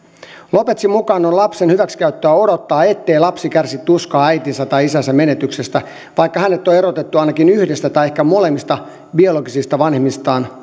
lopezin mukaan on lapsen hyväksikäyttöä odottaa ettei lapsi kärsi tuskaa äitinsä tai isänsä menetyksestä vaikka hänet on erotettu ainakin yhdestä tai ehkä molemmista biologisista vanhemmistaan